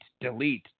delete